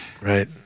Right